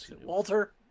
Walter